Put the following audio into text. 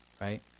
right